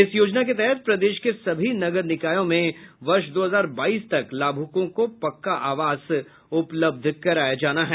इस योजना के तहत प्रदेश के सभी नगर निकायों में वर्ष दो हजार बाईस तक लाभुकों को पक्का आवास उपलब्ध कराया जाना है